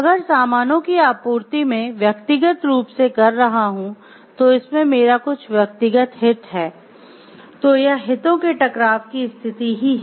अगर सामानों की आपूर्ति मैं व्यक्तिगत रूप से कर रहा हूं तो इसमें मेरा कुछ व्यक्तिगत हित हैं तो यह हितों के टकराव की स्थिति ही है